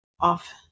off